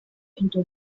into